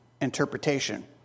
interpretation